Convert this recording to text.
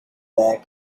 their